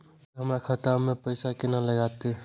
कोय हमरा खाता में पैसा केना लगते?